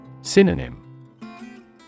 Synonym